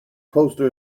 poster